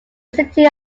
city